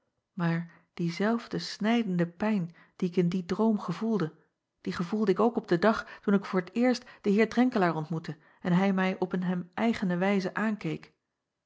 maar diezelfde snijdende pijn die ik in dien droom gevoelde die gevoelde ik ook op den dag toen ik voor t eerst den acob van ennep laasje evenster delen eer renkelaer ontmoette en hij mij op een hem eigene wijze aankeek